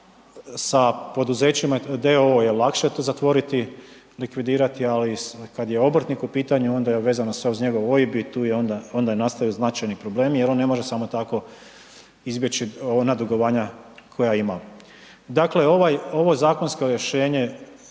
sa poduzećima d.o.o. je lakše to zatvoriti, likvidirati ali kad je obrtnik u pitanju onda je vezano sve uz njegov OIB i tu onda nastaju značajni problemi jer on ne može samo tako izbjeći ona dugovanja koja ima. Dakle ovo zakonsko rješenje